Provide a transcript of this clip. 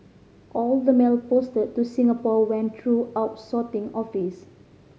all the mail posted to Singapore went through our sorting office